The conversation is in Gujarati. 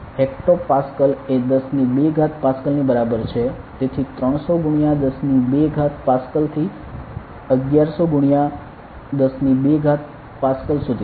હેક્ટો પાસ્કલ એ 10 ની 2 ઘાત પાસ્કલ ની બરાબર છે તેથી 300 ગુણ્યા 10 ની 2 ઘાત પાસકલ થી 1100 ગુણ્યા 10 ની 2 ઘાત પાસકલ સુધી